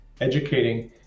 educating